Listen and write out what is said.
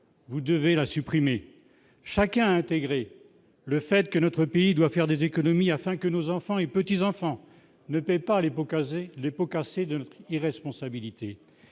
vous devez la supprimer chacun a intégré le fait que notre pays doit faire des économies afin que nos enfants et petits-enfants ne paient pas les pots cassés les pots cassés de l'irresponsabilité,